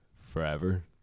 forever